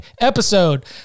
episode